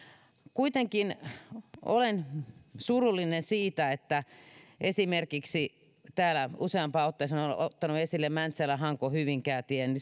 kuitenkin olen surullinen siitä että kun esimerkiksi täällä useampaan otteeseen olen ottanut esille mäntsälä hanko hyvinkää tien